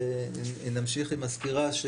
ונמשיך עם הסקירה.